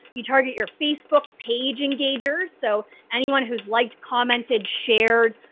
you target your facebook page engagers. so anyone who's liked, commented, shared,